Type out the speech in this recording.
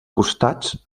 costats